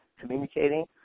communicating